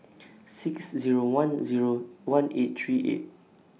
six Zero one Zero one eight three eight